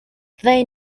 they